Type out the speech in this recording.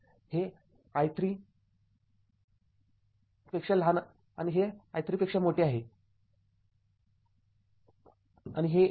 हे i ३ आहे आणि हे i ३ आहे आणि हे १ आहे